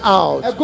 out